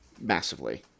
Massively